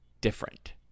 different